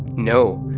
no.